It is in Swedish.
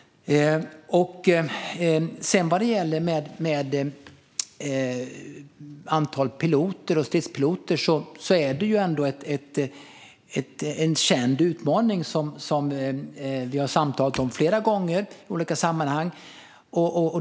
När det gäller antalet piloter och stridspiloter är det ändå en känd utmaning som vi har samtalat om flera gånger i olika sammanhang.